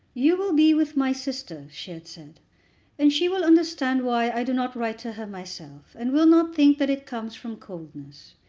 you will be with my sister, she had said and she will understand why i do not write to her myself, and will not think that it comes from coldness.